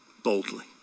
boldly